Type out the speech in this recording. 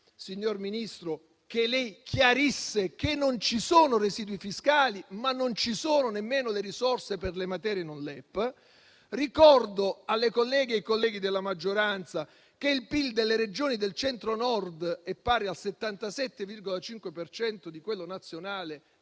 signor Ministro chiarisse che non ci sono residui fiscali, ma non ci sono nemmeno le risorse per le materie non LEP. Ricordo alle colleghe e ai colleghi della maggioranza che il PIL delle Regioni del Centro-Nord è pari al 77,5 per cento di quello nazionale